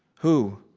who?